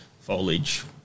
foliage